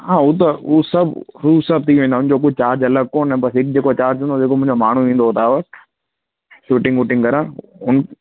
हा हू त हू सभु हू सभु थी वेंदा हुनजो कुझु चार्ज अलॻि कोने बसि हिक जेको चार्ज हूंदो जेको मुंहिंजो माण्हू ईंदो तव्हां वटि शूटिंग वूटिंग करण हुन